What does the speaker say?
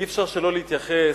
אי-אפשר שלא להתייחס